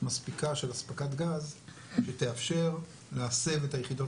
מספיקה של אספקת גז שתאפשר להסב את היחידות